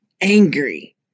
angry